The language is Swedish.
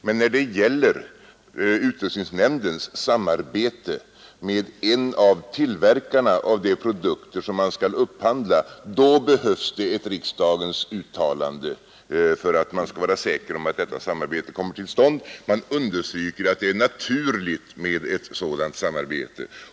Men när det gäller utrustningsnämndens samarbete med en av tillverkarna av de produkter som man skall upphandla, då behövs det ett riksdagens uttalande för att man skall vara säker på att detta samarbete kommer till stånd. Man understryker att det är naturligt med ett sådant samarbete.